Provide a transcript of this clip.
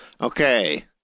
Okay